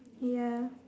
ya